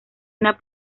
una